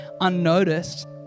unnoticed